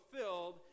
fulfilled